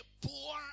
poor